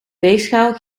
weegschaal